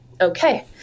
okay